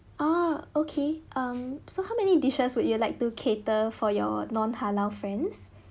ah okay um so how many dishes would you like to cater for your non halal friends